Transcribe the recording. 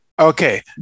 Okay